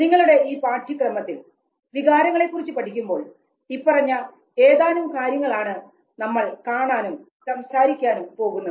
നിങ്ങളുടെ ഈ പാഠ്യക്രമത്തിൽ വികാരങ്ങളെ കുറിച്ച് പഠിക്കുമ്പോൾ ഇപ്പറഞ്ഞ ഏതാനും കാര്യങ്ങൾ ആണ് നമ്മൾ കാണാനും സംസാരിക്കാനും പോകുന്നത്